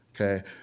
Okay